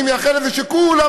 אני מייחל לזה שכולם,